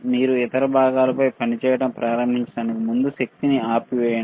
మీరు ఇతర భాగాలపై పని చేయడం ప్రారంభించడానికి ముందు శక్తిని ఆపివేయండి